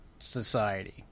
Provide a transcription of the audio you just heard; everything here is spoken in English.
society